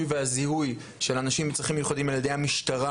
והזיהוי של אנשים עם צרכים מיוחדים על ידי המשטרה,